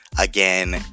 Again